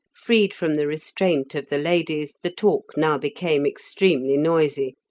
freed from the restraint of the ladies, the talk now became extremely noisy,